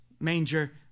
manger